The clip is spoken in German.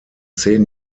zehn